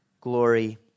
glory